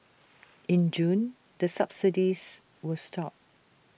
in June the subsidies were stopped